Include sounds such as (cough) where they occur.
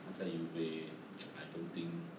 他在 uva (noise) I don't think